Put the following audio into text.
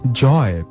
joy